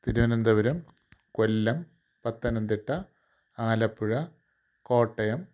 Thiruvananthapuram Kollam Pathanamthitta Alappuzha Kottayam